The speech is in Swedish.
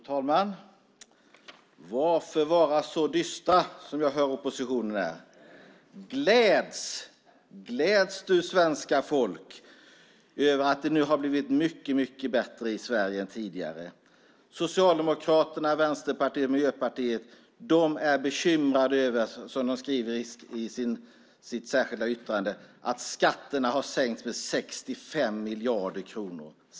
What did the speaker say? Fru talman! Varför vara så dystra som jag hör att oppositionen är? Gläds! Gläds du svenska folk över att det nu har blivit mycket bättre i Sverige än tidigare! Socialdemokraterna, Vänsterpartiet och Miljöpartiet är bekymrade, som de skriver i sitt särskilda yttrande, över att skatterna har sänkts med 65 miljarder kronor.